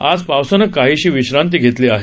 आज पावसानं काहीशी विश्रांती घेतली आहे